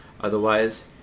Otherwise